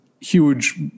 huge